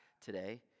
today